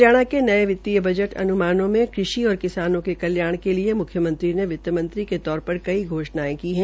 हरियाणा के नये वितीय बजट अनुमानों में कृषि और किसान के कल्याण के लिए मुख्यमंत्री ने वित्तमंत्री के तौर पर कई कई घोषणायें की है